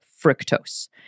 fructose